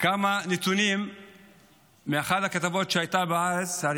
כמה נתונים מאחת הכתבות שהייתה בהארץ על